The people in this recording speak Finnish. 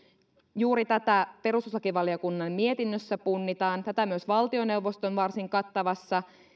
juuri tätä perustuslakivaliokunnan mietinnössä punnitaan ja tätä myös valtioneuvoston varsin kattavassa